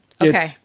okay